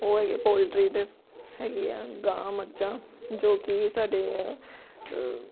ਉਹ ਹੈਗੇ ਪੋਲਟਰੀ ਦੇ ਹੈਗੇ ਆ ਗਾਂ ਮੱਝਾਂ ਜੋ ਕਿ ਸਾਡੇ ਹੈ